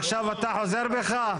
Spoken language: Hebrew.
עכשיו אתה חוזר בך?